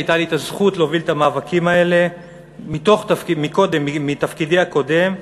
הייתה לי הזכות להוביל את המאבקים האלה בתפקידי הקודם,